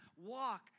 walk